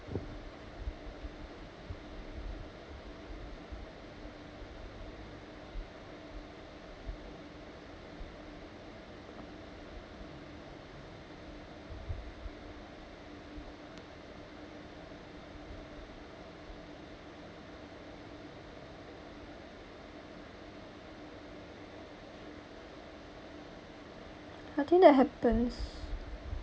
I think that happens